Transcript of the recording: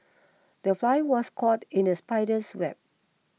the fly was caught in the spider's web